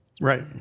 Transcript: Right